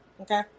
okay